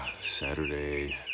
Saturday